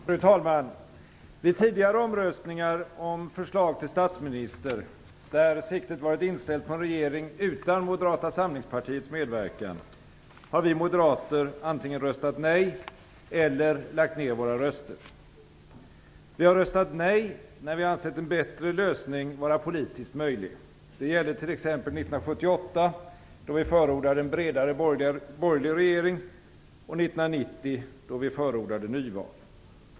Fru talman! Vid tidigare omröstningar om förslag till statsminister, där siktet varit inställt på en regering utan Moderata samlingspartiets medverkan, har vi moderater antingen röstat nej eller lagt ned våra röster. Vi har röstat nej, när vi ansett en bättre lösning vara politiskt möjlig. Det gällde t.ex. 1978, då vi förordade en bredare borgerlig regering, och 1990, då vi förordade nyval.